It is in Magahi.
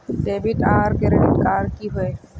डेबिट आर क्रेडिट कार्ड की होय?